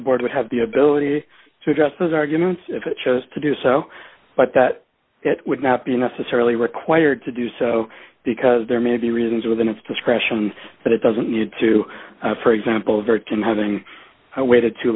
the board would have the ability to address those arguments if it chose to do so but that it would not be necessarily required to do so because there may be reasons within its discretion but it doesn't need to for example a very thin having waited too